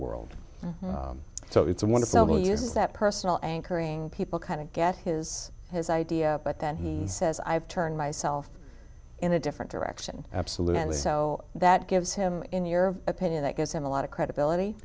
world so it's a wonder so many uses that personal anchoring people kind of get his his idea but that he says i have turned myself in a different direction absolutely so that gives him in your opinion that gives him a lot of credibility